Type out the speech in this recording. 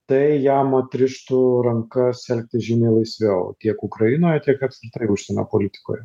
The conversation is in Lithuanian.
tai jam atrištų rankas elgtis žymiai laisviau tiek ukrainoje tiek apskritai užsienio politikoje